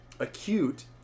Acute